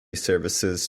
services